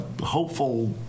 hopeful